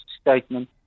statement